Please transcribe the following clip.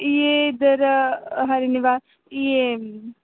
ये इद्धर हरी निवास ये